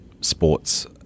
sports